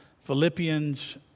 Philippians